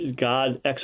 God